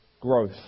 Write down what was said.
growth